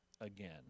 again